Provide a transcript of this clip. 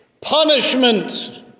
Punishment